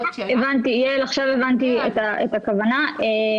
עכשיו הבנתי את הכוונה, יעל.